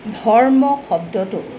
ধৰ্ম শব্দটো